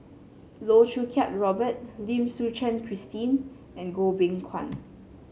Loh Choo Kiat Robert Lim Suchen Christine and Goh Beng Kwan